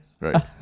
right